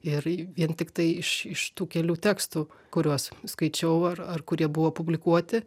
ir vien tiktai iš iš tų kelių tekstų kuriuos skaičiau ar ar kurie buvo publikuoti